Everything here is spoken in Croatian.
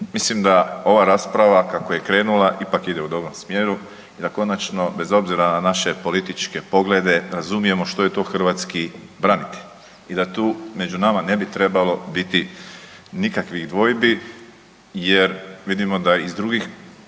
Mislim da ova rasprava kako je krenula ipak ide u dobrom smjeru i da konačno bez obzira na naše političke poglede razumijemo što je to hrvatski branitelj i da tu među nama ne bi trebalo biti nikakvih dvojbi jer vidimo da i iz drugih